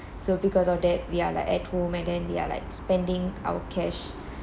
so because of that we are like at home and then we are like spending our cash